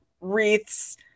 wreaths